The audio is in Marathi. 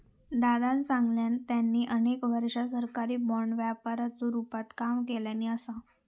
दादानं सांगल्यान, त्यांनी अनेक वर्षा सरकारी बाँड व्यापाराच्या रूपात काम केल्यानी असा